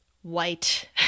White